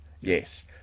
yes